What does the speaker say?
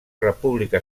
república